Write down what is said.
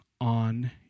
on